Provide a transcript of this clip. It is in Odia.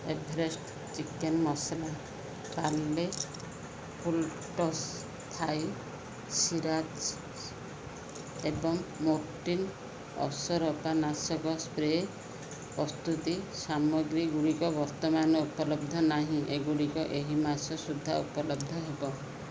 Everest chicken masala Parle full toss Thai sriracha ଏବଂ ମୋର୍ଟିନ୍ ଅସରପା ନାଶକ ସ୍ପ୍ରେ ପ୍ରଭୃତି ସାମଗ୍ରୀ ଗୁଡ଼ିକ ବର୍ତ୍ତମାନ ଉପଲବ୍ଧ ନାହିଁ ଏଗୁଡ଼ିକ ଏହି ମାସ ସୁଦ୍ଧା ଉପଲବ୍ଧ ହେବ